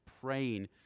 praying